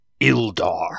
Ildar